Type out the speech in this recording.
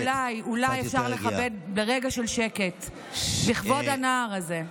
אולי אפשר לכבד ברגע של שקט לכבוד הנער הזה?